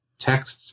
texts